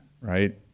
right